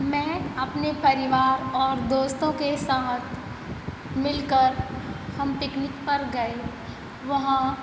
मैं अपने परिवार और दोस्तों के साथ मिलकर हम पिकनिक पर गए वहाँ